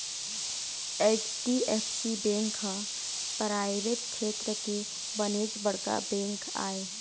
HDFC bank ह private छेत्र के बनेच बड़का बेंक आय